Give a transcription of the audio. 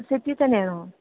city തന്നെയാണോ